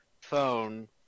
phone